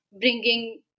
bringing